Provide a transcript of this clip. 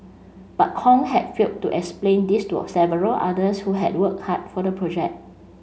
but Kong had failed to explain this to a several others who had worked hard for the project